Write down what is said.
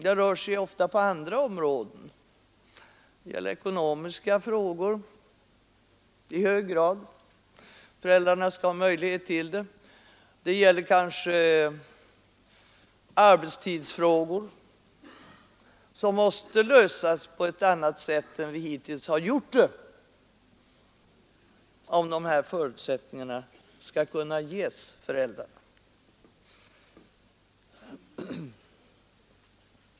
Det rör sig ofta om frågor på andra områden — det gäller ekonomiska frågor, det gäller kanske arbetstidsfrågor där problemen måste lösas på ett annat sätt än vi hittills har gjort, om dessa förutsättningar skall kunna ges föräldrarna.